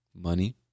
Money